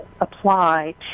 apply